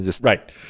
Right